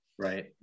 Right